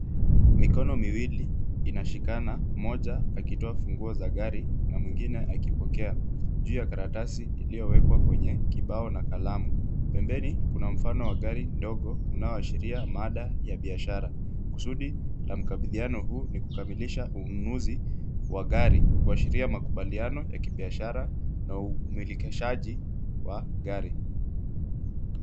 Mikono miwili inashikana mmoja akitoa funguo za gari na mwingine akipokea juu ya karatasi iliyowekwa kwenye kibao na kalamu. Pembeni kuna mfano wa gari ndogo unaoashiria mada ya biashara. Kusudi la mkabidhiano huu ni kukamilisha ununuzi wa gari kuashiria makubaliano ya kibiashara na umilikishaji wa gari.